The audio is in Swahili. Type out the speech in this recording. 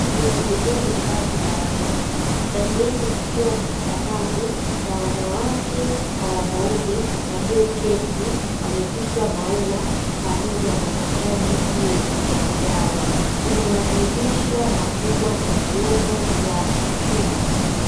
Hili ni dhehebu hekalu la wahindi. Ndani yake kukiwa na sanamu za wanawake kwa wanaume walioketi, wamevishwa maua pamoja na mataji juu ya vichwa vyao. Kuna madirisha makubwa na vyombo vya chuma.